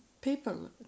people